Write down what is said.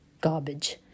garbage